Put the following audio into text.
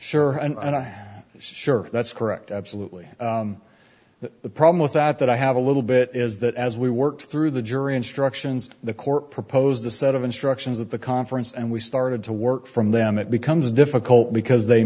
i sure that's correct absolutely but the problem with that that i have a little bit is that as we worked through the jury instructions the court proposed a set of instructions at the conference and we started to work from them it becomes difficult because they